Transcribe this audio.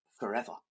forever